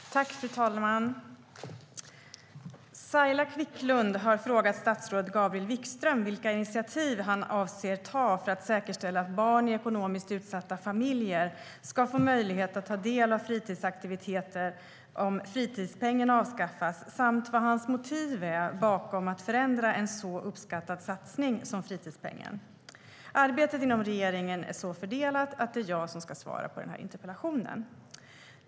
Fru talman! Saila Quicklund har frågat statsrådet Gabriel Wikström vilka initiativ han avser att ta för att säkerställa att barn i ekonomiskt utsatta familjer ska få möjlighet att ta del av fritidsaktiviteter om fritidspengen avskaffas samt vad hans motiv är bakom att förändra en så uppskattad satsning som fritidspengen. Arbetet inom regeringen är så fördelat att det är jag som ska svara på interpellationen.